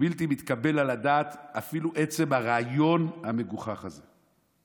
בלתי מתקבל על הדעת, אפילו עצם הרעיון המגוחך הזה.